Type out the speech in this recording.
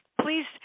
please